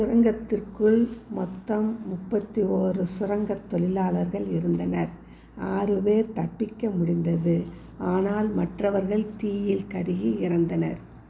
சுரங்கத்திற்குள் மொத்தம் முப்பத்தி ஓரு சுரங்கத் தொலாளர்கள் இருந்தனர் ஆறு பேர் தப்பிக்க முடிந்தது ஆனால் மற்றவர்கள் தீயில் கருகி இறந்தனர்